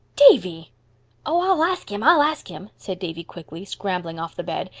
davy! oh i'll ask him i'll ask him, said davy quickly, scrambling off the bed,